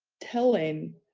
telling.